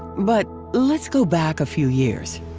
but, let's go back a few years.